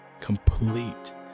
complete